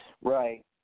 Right